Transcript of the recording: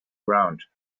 ground